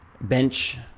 Bench